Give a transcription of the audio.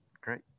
Great